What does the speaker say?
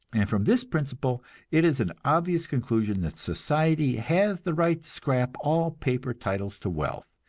and from this principle it is an obvious conclusion that society has the right scrap all paper titles to wealth,